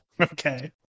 Okay